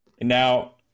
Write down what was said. Now